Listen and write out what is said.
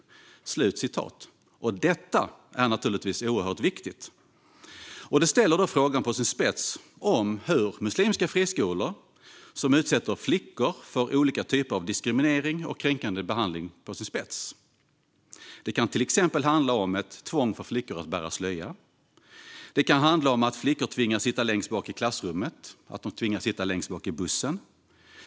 Detta är oerhört viktigt. Det ställer frågan om muslimska friskolor som utsätter flickor för olika typer av diskriminering och kränkande behandling på sin spets. Det kan till exempel handla om ett tvång för flickor att bära slöja. Det kan handla om att flickor tvingas sitta längst bak i klassrummet eller i bussen.